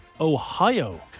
Ohio